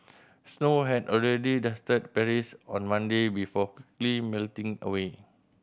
snow had already dusted Paris on Monday before quickly melting away